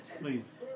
please